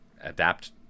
adapt